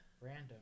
random